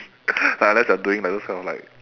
like unless you are doing like those kind of like